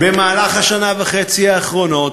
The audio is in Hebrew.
אדוני היושב-ראש, בשנה וחצי האחרונות,